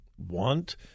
want